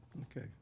okay